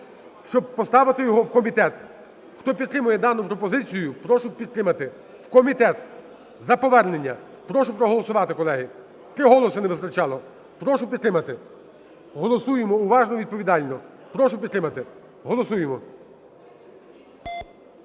щоб поставити його в комітет. Хто підтримує дану пропозицію, прошу підтримати, в комітет, за повернення. Прошу проголосувати, колеги, три голоси не вистачало. Прошу підтримати. Голосуємо уважно і відповідально, прошу підтримати, голосуємо.